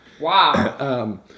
Wow